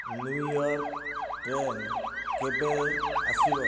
New York train କେବେ ଆସିବ